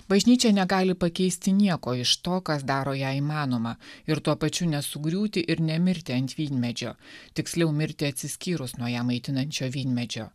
bažnyčia negali pakeisti nieko iš to kas daro ją įmanoma ir tuo pačiu nesugriūti ir nemirti ant vynmedžio tiksliau mirti atsiskyrus nuo ją maitinančio vynmedžio